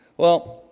well,